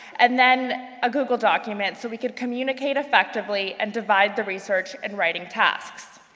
and then a google document so we could communicate effectively and divide the research and writing tasks.